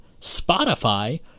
Spotify